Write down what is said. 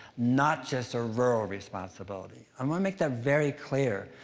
not just a rural responsibility. i wanna make that very clear.